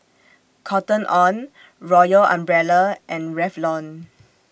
Cotton on Royal Umbrella and Revlon